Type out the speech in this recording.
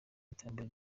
iterambere